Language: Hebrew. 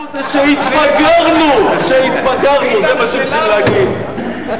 זה מה שצריך להגיד.